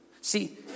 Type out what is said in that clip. See